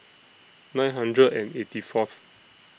nine hundred and eighty Fourth